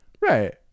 Right